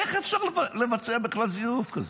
איך אפשר לבצע בכלל זיוף כזה?